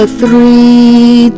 three